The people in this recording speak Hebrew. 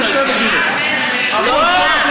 לא, לא אמרו לשני עמים, אמרו שתי מדינות.